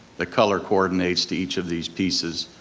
the color coordinates to each of these pieces.